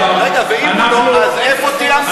אז איפה תהיה המדינה הפלסטינית?